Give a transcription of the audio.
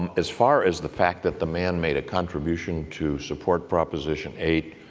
um as far as the fact that the manmade a contribution to support proposition eight,